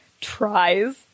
tries